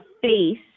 face